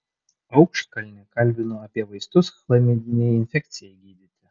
aukštkalnį kalbinu apie vaistus chlamidinei infekcijai gydyti